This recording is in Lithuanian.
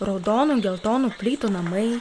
raudonų geltonų plytų namai